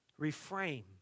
Reframe